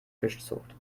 fischzucht